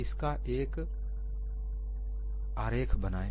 इसका एक आरेख बनाएं